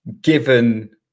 given